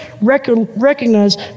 recognize